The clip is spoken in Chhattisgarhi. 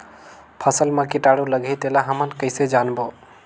फसल मा कीटाणु लगही तेला हमन कइसे जानबो?